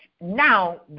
now